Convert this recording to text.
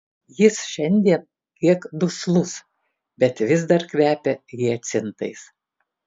jis šiandien kiek duslus bet vis dar kvepia hiacintais